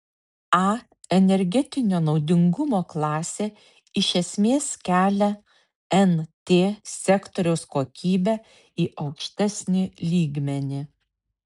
a energetinio naudingumo klasė iš esmės kelia nt sektoriaus kokybę į aukštesnį lygmenį